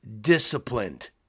disciplined